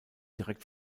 direkt